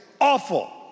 awful